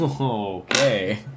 Okay